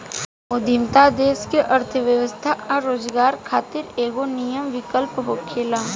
उद्यमिता देश के अर्थव्यवस्था आ स्वरोजगार खातिर एगो निमन विकल्प होखेला